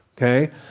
Okay